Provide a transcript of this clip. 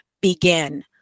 begin